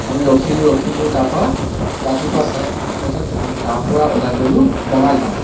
আমি ৰখিলো ৰখিলো তাৰ পৰা ৰাতিপুৱা চাৰে সাতটা বজাত আমি তাৰ পৰা ওলাই গ'লো বঙাইগাঁৱলৈ